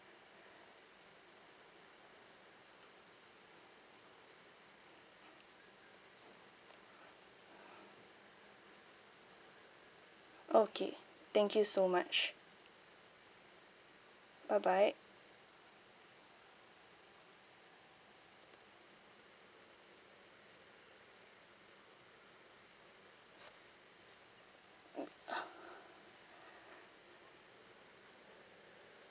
okay thank you so much bye bye